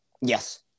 yes